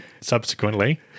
subsequently